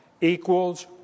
equals